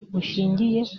bushingiye